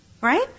Right